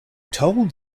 told